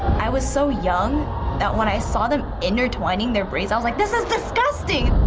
i was so young that when i saw them intertwining their braids, i was like, this is disgusting!